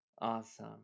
Awesome